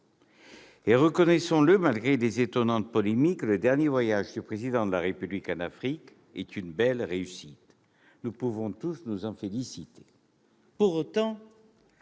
Et reconnaissons-le, malgré les étonnantes polémiques, le dernier voyage du Président de la République en Afrique est une belle réussite. Nous pouvons tous nous en féliciter. Pour autant,